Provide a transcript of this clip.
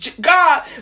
God